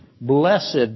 blessed